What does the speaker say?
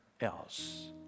else